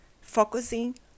focusing